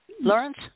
Lawrence